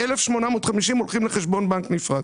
ה-1,850 הולכים לחשבון בנק נפרד.